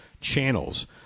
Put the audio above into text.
channels